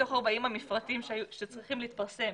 מתוך ה-40 מפרטים שצריכים להתפרסם